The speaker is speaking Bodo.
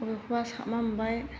बबेखौबा साबमा मोनबाय